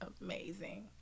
amazing